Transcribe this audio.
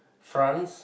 France